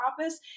office